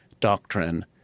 doctrine